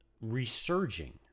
resurging